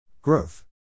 Growth